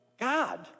God